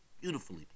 Beautifully